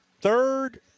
third